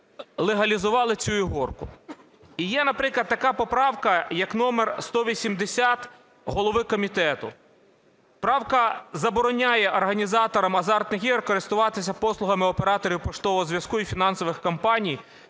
легалізували цю "ігорку", і є, наприклад, така поправка, як номер 180 голови комітету. Правка забороняє організаторам азартних ігор користуватися послугами операторів поштового зв'язку і фінансових компаній,